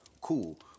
Cool